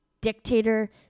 dictator